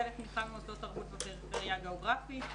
לתמיכה במוסדות תרבות בפריפריה הגיאוגרפית,